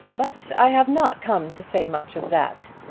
but i have not come to say much of that.